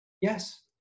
Yes